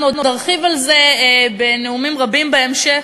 אנחנו עוד נרחיב על זה בנאומים רבים בהמשך,